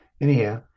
Anyhow